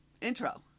intro